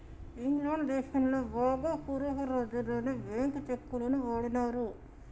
England దేశంలో బాగా పూర్వపు రోజుల్లోనే బ్యేంకు చెక్కులను వాడినారు